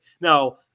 Now